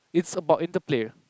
it's about interplay